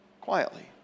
quietly